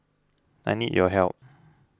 I need your help